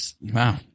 Wow